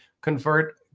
convert